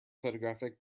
photographic